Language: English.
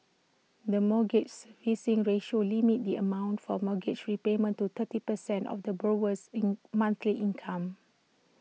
the mortgage servicing ratio limits the amount for mortgage repayments to thirty percent of the borrower's in monthly income